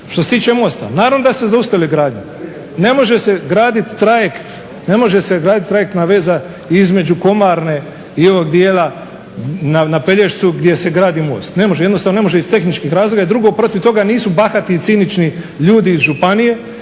Što se tiče mosta naravno da ste zaustavili gradnju. Ne može se graditi trajektna veza između Komarne i ovog dijela na Pelješcu gdje se gradi most. Ne može, jednostavno ne može iz tehničkih razloga. I drugo protiv toga nisu bahati i cinični ljudi iz županije,